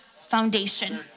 foundation